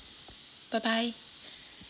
bye bye